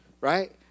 right